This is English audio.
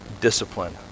discipline